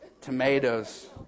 Tomatoes